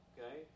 Okay